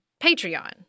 patreon